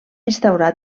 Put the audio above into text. instaurar